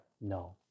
No